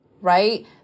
right